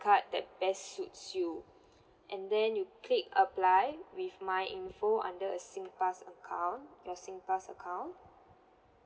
card that best suits you and then you click apply with my info under a singpass account your singpass account